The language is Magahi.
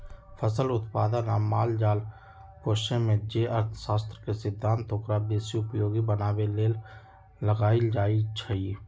फसल उत्पादन आ माल जाल पोशेमे जे अर्थशास्त्र के सिद्धांत ओकरा बेशी उपयोगी बनाबे लेल लगाएल जाइ छइ